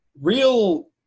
Real